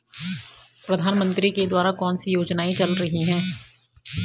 प्रधानमंत्री के द्वारा कौनसी योजनाएँ चल रही हैं?